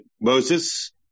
Moses